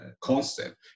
concept